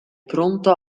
pronto